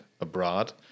abroad